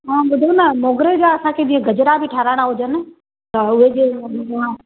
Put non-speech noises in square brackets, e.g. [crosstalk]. ऐं ॿुधो न मोगरे जा असांखे जीअं गजरा बि ठारिहाइणा हुजनि त उहाजे [unintelligible]